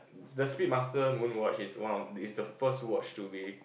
the speed master moon watch is one of it's the first watch to be